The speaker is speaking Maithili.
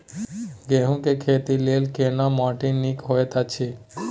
गेहूँ के खेती लेल केना माटी नीक होयत अछि?